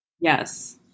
Yes